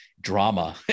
drama